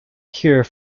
cure